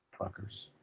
Fuckers